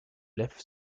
left